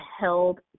held